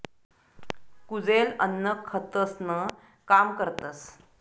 कुजेल अन्न खतंसनं काम करतस